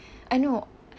I know